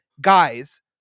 guys